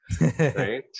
right